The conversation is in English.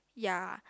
ya